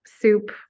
soup